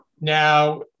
Now